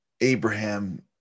Abraham